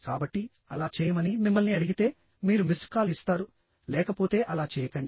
కాబట్టి అలా చేయమని మిమ్మల్ని అడిగితే మీరు మిస్డ్ కాల్ ఇస్తారు లేకపోతే అలా చేయకండి